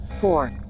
Four